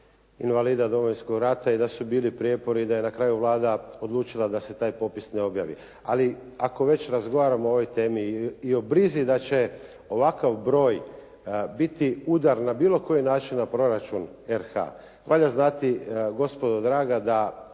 invalida Domovinskog rata i da su bili prijepori. I da je na kraju Vlada odlučila da se taj popis ne objavi. Ali ako već razgovaramo o ovoj temi i o brizi da će ovakav broj biti udar na bilo koji način na proračun RH valja znati gospodo draga da